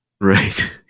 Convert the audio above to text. Right